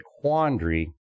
quandary